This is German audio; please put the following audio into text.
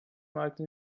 malten